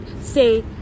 say